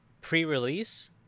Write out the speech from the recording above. pre-release